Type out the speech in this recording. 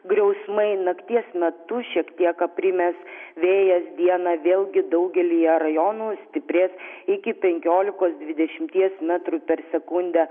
griausmai nakties metu šiek tiek aprimęs vėjas dieną vėlgi daugelyje rajonų stiprės iki penkiolikos dvidešimties metrų per sekundę